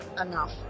enough